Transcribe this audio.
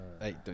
Hey